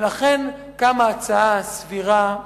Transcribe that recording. ולכן קמה הצעה סבירה,